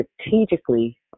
strategically